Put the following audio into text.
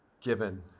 given